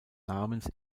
namens